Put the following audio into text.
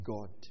God